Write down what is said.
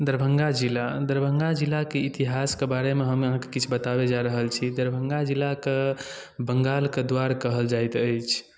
दरभंगा जिला दरभंगा जिलाके इतिहासके बारेमे हम अहाँकेँ किछु बताबय जा रहल छी दरभंगा जिलाकेँ बङ्गालके द्वार कहल जाइत अछि